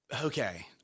Okay